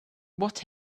what